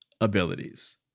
abilities